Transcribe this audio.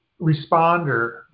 responder